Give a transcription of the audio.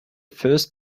first